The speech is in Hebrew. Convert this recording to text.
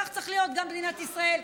כך צריך להיות גם במדינת ישראל.